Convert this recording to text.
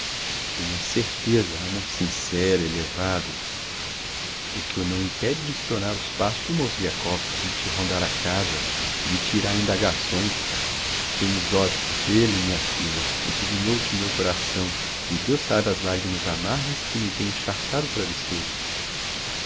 tenho a certeza amor sincero elevado o que o não impede de espionar os passos do mozgliakov de te rondar a casa de tirar indagações tens dó delle minha filha adivinhou te o meu coração e deus sabe as lagrimas amargas que me tem encharcado o travesseiro